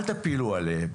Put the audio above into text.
אל תפילו עליהם.